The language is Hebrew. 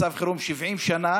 מצב חירום 70 שנה,